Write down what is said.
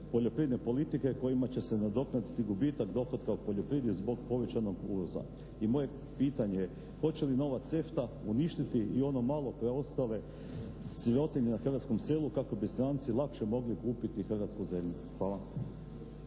poljoprivredne politike kojima će se nadoknaditi gubitak dohotka u poljoprivredi zbog povećanog uvoza. I moje pitanje je hoće li nova CEFTA uništiti i ono malo preostale sirotinje na hrvatskom selu kako bi stranci lakše mogli kupiti hrvatsku zemlju? Hvala.